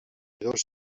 dos